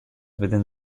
within